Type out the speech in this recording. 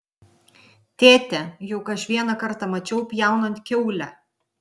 tėte juk aš vieną kartą mačiau pjaunant kiaulę